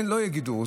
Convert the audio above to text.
אין, לא יהיה גידור.